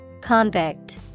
Convict